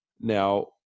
Now